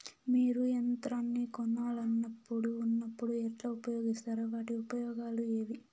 మీరు యంత్రాన్ని కొనాలన్నప్పుడు ఉన్నప్పుడు ఎట్లా ఉపయోగిస్తారు వాటి ఉపయోగాలు ఏవి?